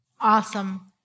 Awesome